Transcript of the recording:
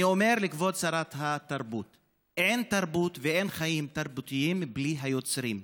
אני אומר לכבוד שרת התרבות: אין תרבות ואין חיים תרבותיים בלי היוצרים,